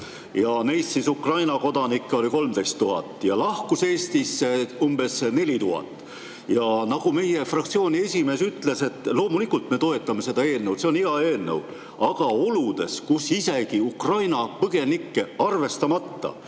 neist Ukraina kodanikke oli 13 000, ja lahkus Eestist umbes 4000. Nagu meie fraktsiooni esimees ütles, loomulikult me toetame seda eelnõu, see on hea eelnõu, aga oludes, kus isegi Ukraina põgenikke arvestamata